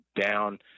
down